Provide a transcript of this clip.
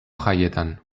jaietan